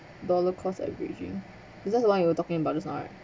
dollar cost averaging is this the one you were talking about just now right